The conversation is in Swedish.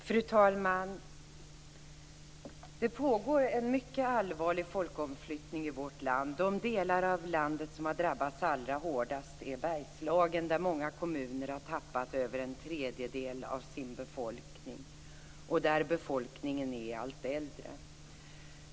Fru talman! Det pågår en mycket allvarlig folkomflyttning i vårt land. Den del av landet som drabbats allra hårdast är Bergslagen, där många kommuner har tappat över en tredjedel av sin befolkning, och befolkningen blir nu allt äldre.